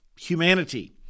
humanity